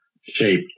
shape